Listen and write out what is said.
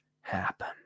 happen